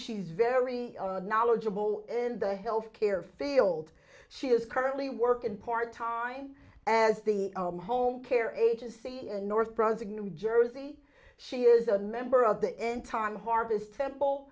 she's very knowledgeable in the health care field she is currently working part time as the home care agency in north brunswick new jersey she is a member of the in time harvest temple